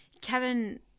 Kevin